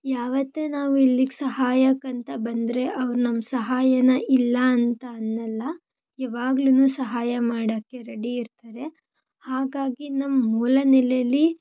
ಯಾವತ್ತೂ ನಾವು ಇಲ್ಲಿಗೆ ಸಹಾಯಕ್ಕಂತ ಬಂದರೆ ಅವ್ರು ನಮ್ಮ ಸಹಾಯಾನ ಇಲ್ಲಾಂತ ಅನ್ನೋಲ್ಲ ಯಾವಾಗ್ಲು ಸಹಾಯ ಮಾಡೋಕ್ಕೆ ರೆಡಿ ಇರ್ತಾರೆ ಹಾಗಾಗಿ ನಮ್ಮ ಮೂಲನೆಲೇಲ್ಲಿ